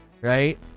Right